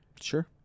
Sure